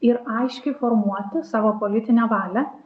ir aiškiai formuoti savo politinę valią